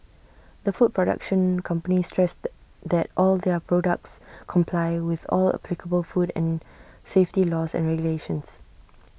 the food production company stressed that all their products comply with all applicable food and safety laws and regulations